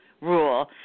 rule